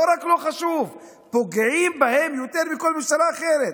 לא רק לא חשוב, פוגעים בהם יותר מכל ממשלה אחרת,